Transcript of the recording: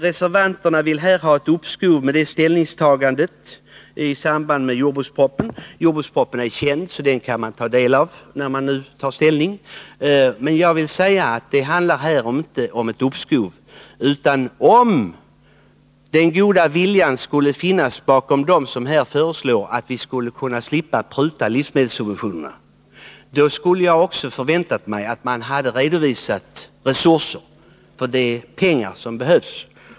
Reservanterna vill ha ett uppskov med ställningstagandet, så att detta skulle ske först i samband med behandlingen av jordbrukspropositionen. Innehållet i jordbrukspropositionen är känt — detta kan man alltså ta del av när man skall göra sitt ställningstagande. Men det handlar egentligen här inte om ett uppskov. Om den goda viljan hade funnits hos dem som föreslår att vi skall slippa pruta på livsmedelssubventionerna, så skulle jag ha förväntat mig att man hade redovisat de resurser som behövs.